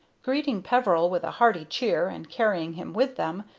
greeting peveril with a hearty cheer, and carrying him with them,